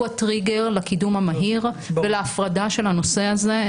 הטריגר לקידום המהיר ולהפרדה של הנושא הזה,